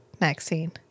Maxine